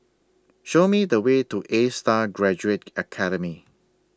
Show Me The Way to A STAR Graduate Academy